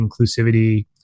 inclusivity